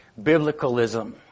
biblicalism